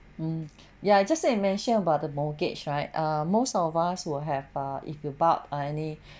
mm ya just say you mentioned about the mortgage right err most of us will have err if you bought any